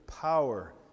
power